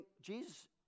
Jesus